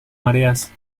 mareas